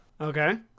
Okay